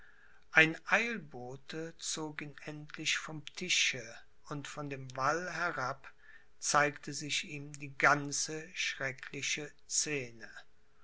ein eilbote zog ihn endlich vom tische und von dem wall herab zeigte sich ihm die ganze schreckliche scene